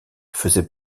faisait